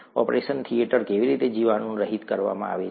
operation theatre કેવી રીતે જીવાણુરહિત કરવામાં આવે છે